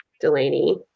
Delaney